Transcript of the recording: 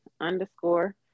underscore